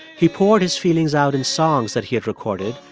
he poured his feelings out in songs that he had recorded,